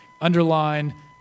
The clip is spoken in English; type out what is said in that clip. underline